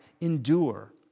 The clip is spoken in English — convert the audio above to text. endure